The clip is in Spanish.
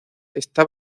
está